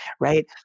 right